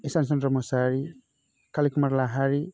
Ishan Chandra Mosahary Kali Kumar Lahary